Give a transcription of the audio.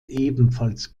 ebenfalls